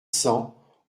cents